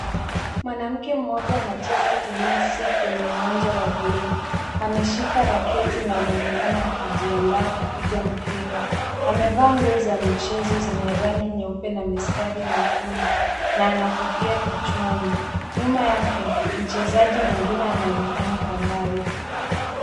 Mwanamke mmoja anacheza tennis kwenye uwanja wa bluu. Ameshika racket na anaonekana akijiandaa kupiga mpira. Amevaa nguo za michezo zenye rangi nyeupe na mistari nyekundu na ana kofia kichwani. Nyuma yake mchezaji mwingine anaonekana kwa mbali.